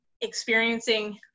experiencing